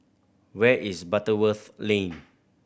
where is Butterworth Lane